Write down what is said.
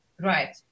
Right